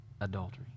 adultery